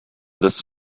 this